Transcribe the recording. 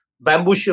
bamboo